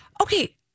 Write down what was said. Okay